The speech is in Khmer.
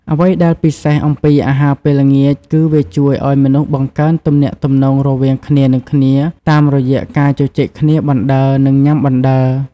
អ្វីដែលពិសេសអំពីអាហារពេលល្ងាចគឺ វាជួយឲ្យមនុស្សបង្កើនទំនាក់ទំនងរវាងគ្នានឹងគ្នាតាមរយៈការជជែកគ្នាបណ្ដើរ និងញុំាបណ្ដើរ។